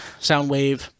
Soundwave